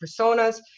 personas